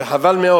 וחבל מאוד.